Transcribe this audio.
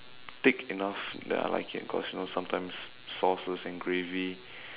thick enough that I like it cause you know sometimes sauces and gravy